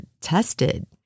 tested